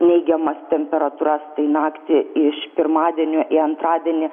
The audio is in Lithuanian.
neigiamas temperatūras tai naktį iš pirmadienio į antradienį